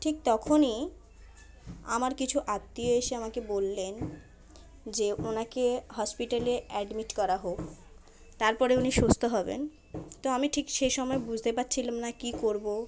ঠিক তখনই আমার কিছু আত্মীয় এসে আমাকে বললেন যে ওনাকে হসপিটালে অ্যাডমিট করা হোক তার পরে উনি সুস্থ হবেন তো আমি ঠিক সে সময় বুঝতে পারছিলাম না কী করব